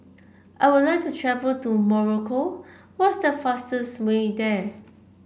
I would like to travel to Morocco what is the fastest way there